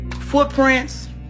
Footprints